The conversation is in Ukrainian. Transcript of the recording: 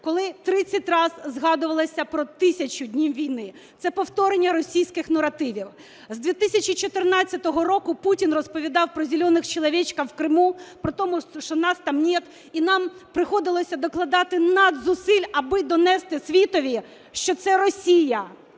коли 30 раз згадувалося про 1000 днів війни. Це повторення російських наративів. З 2014 року Путін розповідав про "зеленых человечков" в Криму, про те, что нас там нет, і нам приходилось докладати надзусиль, аби донести світові, що це Росія